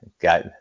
Got